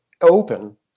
open